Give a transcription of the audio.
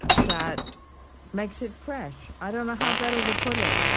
that makes it fresh. i don't know how better to put it